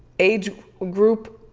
age group,